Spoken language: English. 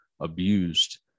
abused